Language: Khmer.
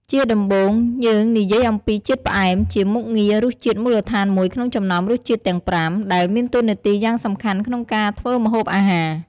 ជាដំបូង យើងនិយាយអំពីជាតិផ្អែម ជាមុខងាររសជាតិមូលដ្ឋានមួយក្នុងចំណោមរសជាតិទាំងប្រាំ ដែលមានតួនាទីយ៉ាងសំខាន់ក្នុងការធ្វើម្ហូបអាហារ។។